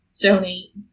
donate